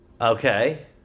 Okay